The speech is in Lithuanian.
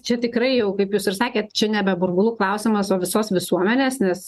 čia tikrai jau kaip jūs ir sakėt čia nebe burbulų klausimas o visos visuomenės nes